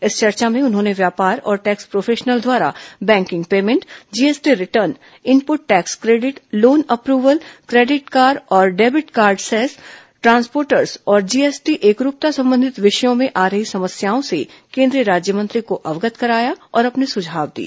इस चर्चा में उन्होंने व्यापार और टैक्स प्रोफेशनल द्वारा banking payment GST return input tax credit loan approval credit card औरडेबिट कार्ड सेस ट्रांसपोर्टर्स और जीएसटी एकरूपता संबंधित विषयों में आ रही समस्याओं से कोन्द्रीय राज्यमंत्री को अवगत कराया और अपने सुझाव दिए